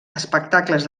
espectacles